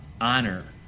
honor